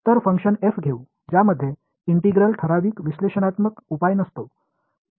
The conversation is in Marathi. तर फंक्शन f घेऊ ज्यामध्ये इंटिग्रल ठराविक विश्लेषणात्मक उपाय नसतो